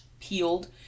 peeled